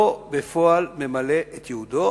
בפועל הוא לא ממלא את ייעודו,